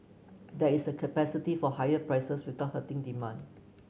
there is a capacity for higher prices without hurting demand